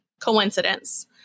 coincidence